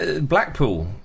Blackpool